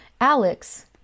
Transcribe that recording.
Alex